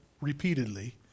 repeatedly